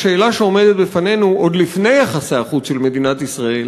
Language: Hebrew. השאלה שעומדת בפנינו עוד לפני יחסי החוץ של מדינת ישראל